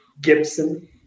Gibson